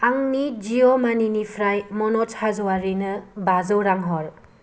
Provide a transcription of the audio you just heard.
आंनि जिअ मानि निफ्राय मनज हाज'वारिनो बाजौ रां हर